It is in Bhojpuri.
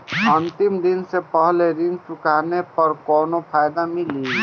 अंतिम दिन से पहले ऋण चुकाने पर कौनो फायदा मिली?